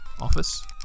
office